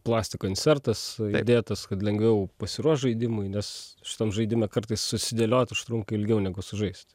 plastiko insertas įdėtas kad lengviau pasiruošt žaidimui nes šitam žaidime kartais susidėliot užtrunka ilgiau negu sužaist